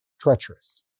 Treacherous